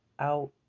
out